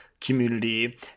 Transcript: community